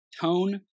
tone